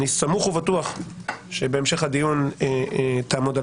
אני סמוך ובטוח שבהמשך הדיון תעמוד על